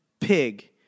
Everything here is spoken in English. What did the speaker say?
pig